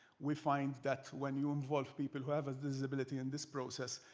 we find that when you involve people who have a disability in this process,